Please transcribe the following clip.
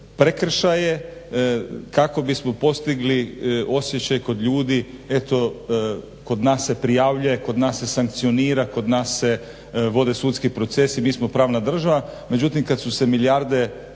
prekršaje kako bi smo postigli osjećaj kod ljudi, eto kod nas se prijavljuje, kod nas se sankcionira, kod nas se vode sudski procesi, mi smo pravna država. Međutim, kad su se milijarde